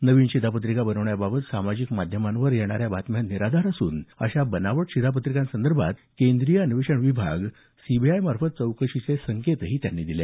नवीन शिधापत्रिका बनवण्याबाबत सामाजिक माध्यमांवर येणाऱ्या बातम्या निराधार असून अशा बनावट शिधापत्रिकांसंदर्भात केंद्रीय अन्वेषण विभाग सीबीआयमार्फत चौकशीचे संकेत त्यांनी दिले